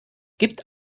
gibt